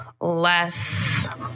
less